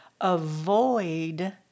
avoid